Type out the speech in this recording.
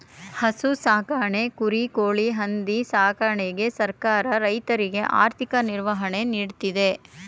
ಹಸು ಸಾಕಣೆ, ಕುರಿ, ಕೋಳಿ, ಹಂದಿ ಸಾಕಣೆಗೆ ಸರ್ಕಾರ ರೈತರಿಗೆ ಆರ್ಥಿಕ ನಿರ್ವಹಣೆ ನೀಡ್ತಿದೆ